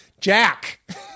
jack